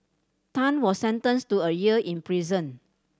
Tan was sentenced to a year in prison